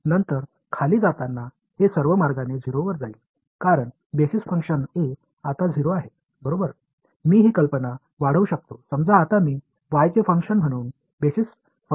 இந்த இரண்டு வளைவுகளும் அவை ஒரு மாறிலி உடன் சேர்க்கப் பட போவதை நீங்கள் காணலாம் பின்னர் நான் கீழே செல்லும்போது வழி முழுவதும் இது 0 வை பின்பற்றப் போகிறது